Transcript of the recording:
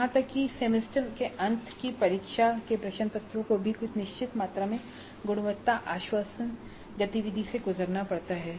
यहां तक कि सेमेस्टर के अंत की परीक्षा के प्रश्नपत्रों को भी कुछ निश्चित मात्रा में गुणवत्ता आश्वासन गतिविधि से गुजरना पड़ता है